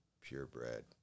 purebred